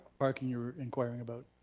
parking, you're inquiring about?